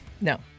No